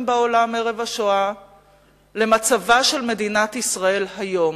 בעולם ערב השואה למצבה של מדינת ישראל היום.